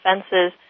fences